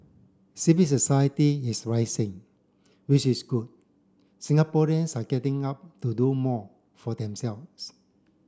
civil society is rising which is good Singaporeans are getting up to do more for themselves